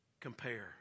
compare